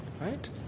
right